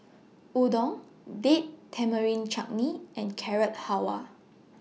Udon Date Tamarind Chutney and Carrot Halwa